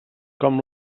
com